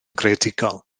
greadigol